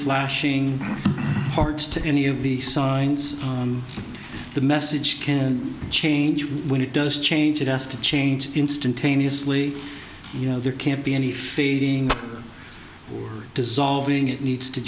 flashing hearts to any of the signs on the message can change when it does change it has to change instantaneously you know there can't be any fading dissolving it needs to